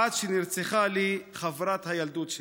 עד שנרצחה לי חברת הילדות שלי.